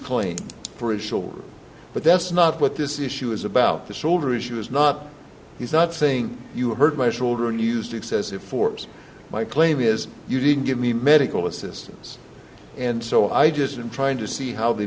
claim for a short but that's not what this issue is about the shoulder issue is not he's not saying you heard my children used excessive force my claim is you didn't give me medical assistance and so i just i'm trying to see how the